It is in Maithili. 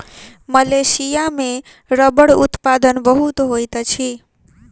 मलेशिया में रबड़ उत्पादन बहुत होइत अछि